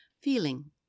feeling